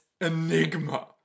Enigma